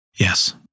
Yes